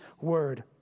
Word